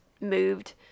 moved